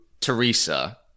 Teresa